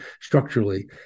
structurally